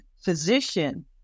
physician